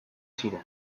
ziren